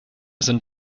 sind